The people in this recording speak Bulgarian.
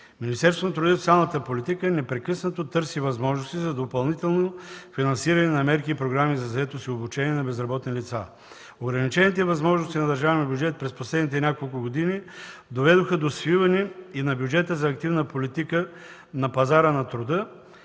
Министерството на труда и социалната политика непрекъснато търси възможности за допълнително финансиране на мерки и програми за заетост и обучение на безработни лица. Ограничените възможности на държавния бюджет през последните няколко години доведоха до свиване и на бюджета за активна политика на пазара на труда.